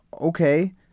okay